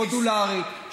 מודולרית,